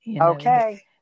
Okay